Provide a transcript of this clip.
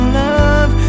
love